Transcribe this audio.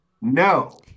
No